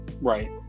Right